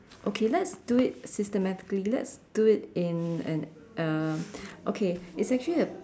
okay let's do it systematically let's do it in an um okay it's actually a